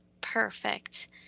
perfect